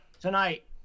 tonight